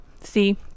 see